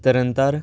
Tarn Taran